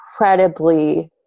incredibly